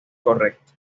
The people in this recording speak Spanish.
correcto